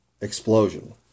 explosion